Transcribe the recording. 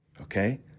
Okay